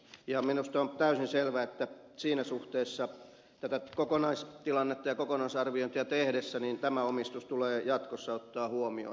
ja minusta on täysin selvää että siinä suhteessa tätä kokonaistilannetta ja kokonaisarviointia tehdessä tämä omistus tulee jatkossa ottaa huomioon